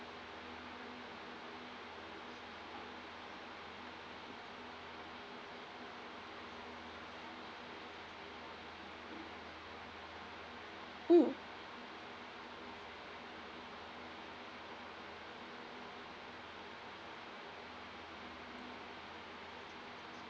mm